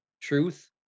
truth